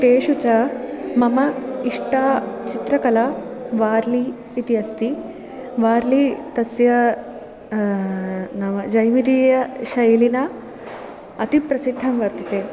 तेषु च मम इष्टा चित्रकला वार्लि इति अस्ति वार्लि तस्य नाम जैविदीयशैलिना अतिप्रसिद्धं वर्तते